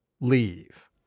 leave